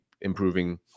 improving